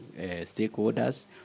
stakeholders